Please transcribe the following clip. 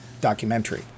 documentary